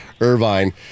Irvine